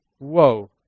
Whoa